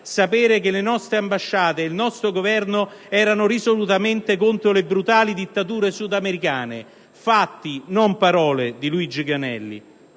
sapere che le nostre ambasciate e il nostro Governo erano risolutamente contro le brutali dittature sudamericane. Fatti, non parole, quelli di Granelli.